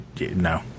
no